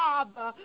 Father